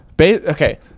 okay